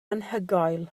anhygoel